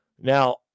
Now